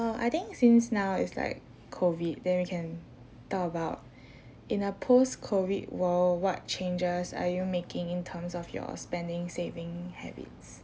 well I think since now it's like COVID then we can talk about in a post COVID world what changes are you making in terms of your spending saving habits